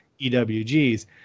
EWGs